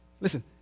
Listen